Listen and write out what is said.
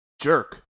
jerk